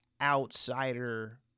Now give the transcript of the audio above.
outsider